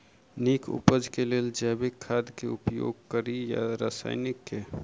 नीक उपज केँ लेल जैविक खाद केँ उपयोग कड़ी या रासायनिक केँ?